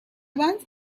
wife